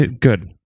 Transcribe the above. Good